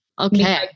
Okay